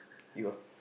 you're